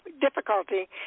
difficulty